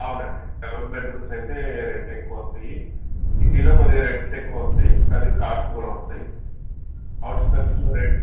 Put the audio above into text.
అవునండి double bedrooms యితే రెంటె క్కువొస్తయి సిటీలో కొద్దిగ రెంట్స్ క్కువొస్తయి కొద్దిగా కాస్ట్ కూడా ఉంటది ఔట్స్కట్స్లో రేట్